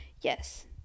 Yes